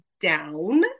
down